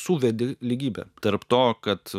suvedi lygybę tarp to kad